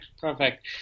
perfect